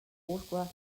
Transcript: autograph